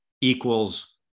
equals